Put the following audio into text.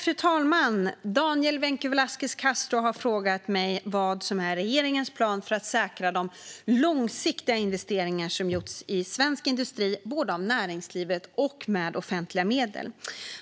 Fru talman! Daniel Vencu Velasquez Castro har frågat mig vad som är regeringens plan för att säkra de långsiktiga investeringar som gjorts i svensk industri både av näringslivet och med offentliga medel.